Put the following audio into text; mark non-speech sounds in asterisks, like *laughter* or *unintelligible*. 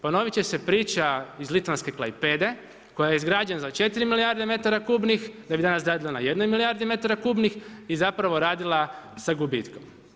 Ponovit će se priča ih litvanske … *unintelligible* koja je izgrađena za 4 milijarde metara kubnih, da bi danas radila na jednom milijardi metara kubnih i zapravo radila sa gubitkom.